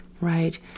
right